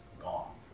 gone